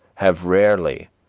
have rarely,